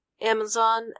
Amazon